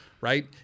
right